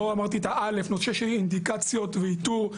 לא אמרתי את ה-א', נושא של אינדיקציות ואיתור.